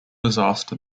disaster